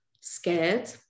scared